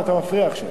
אתה מפריע לי עכשיו.